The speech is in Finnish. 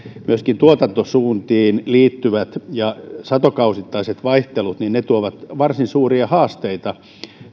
myöskin tuotantosuuntiin liittyvät ja satokausittaiset vaihtelut tuovat varsin suuria haasteita